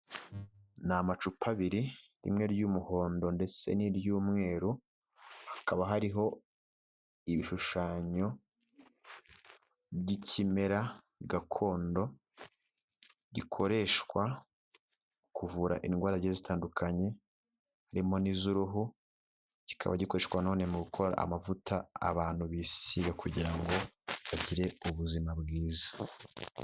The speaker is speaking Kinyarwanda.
Ni amacupa abiri, rimwe ry'umuhondo ndetse n'iry'umweru, hakaba hariho ibishushanyo by'ikimera gakondo, gikoreshwa mu kuvura indwara zigiye zitandukanye, harimo n'iz'uruhu kikaba gikoreshwa na none mu gukora amavuta abantu bisiga kugira ngo bagire ubuzima bwiza.